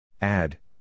Add